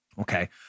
Okay